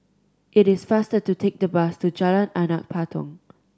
it is faster to take the bus to Jalan Anak Patong